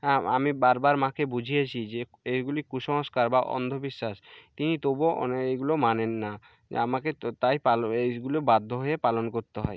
হ্যাঁ আমি বারবার মাকে বুঝিয়েছি যে এইগুলি কুসংস্কার বা অন্ধবিশ্বাস তিনি তবুও মানে এইগুলো মানেন না আমাকে তাই এইগুলো বাধ্য হয়ে পালন করতে হয়